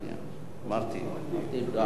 9,